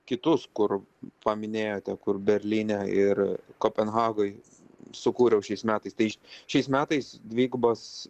kitus kur paminėjote kur berlyne ir kopenhagoj sukūriau šiais metais tai šiais metais dvigubas